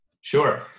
Sure